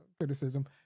criticism